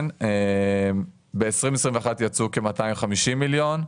ב-2021 יצאו כ-250 מיליון.